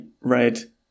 red